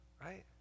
right